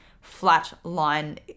flat-line